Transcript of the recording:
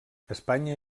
espanya